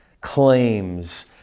claims